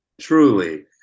Truly